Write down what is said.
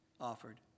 offered